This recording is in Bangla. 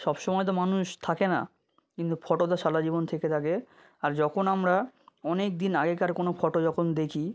সব সময় তো মানুষ থাকে না কিন্তু ফটোটা সারা জীবন থেকে থাকে আর যখন আমরা অনেক দিন আগেকার কোনো ফটো যখন দেখি